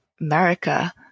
America